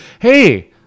hey